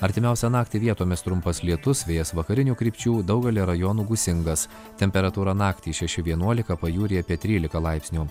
artimiausią naktį vietomis trumpas lietus vėjas vakarinių krypčių daugelyje rajonų gūsingas temperatūra naktį šeši vienuolika pajūryje apie trylika laipsnių